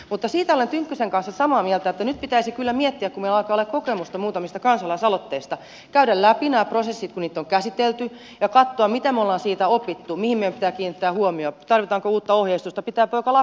mutta siitä olen tynkkysen kanssa samaa mieltä että nyt pitäisi kyllä miettiä kun meillä alkaa olemaan kokemusta muutamista kansalaisaloitteista sitä että kävisimme läpi nämä prosessit kun niitä on käsitelty ja katsoisimme mitä me olemme niistä oppineet mihin meidän pitää kiinnittää huomiota tarvitaanko uutta ohjeistusta pitääkö jopa lakia muuttaa